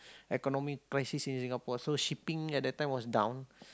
economic crisis in Singapore so shipping at that time was down